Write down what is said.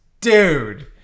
dude